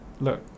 look